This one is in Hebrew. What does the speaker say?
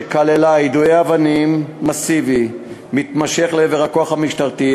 שכללה יידוי אבנים מסיבי ומתמשך לעבר הכוח המשטרתי,